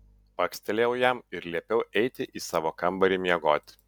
bakstelėjau jam ir liepiau eiti į savo kambarį miegoti